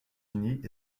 unis